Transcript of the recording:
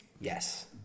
Yes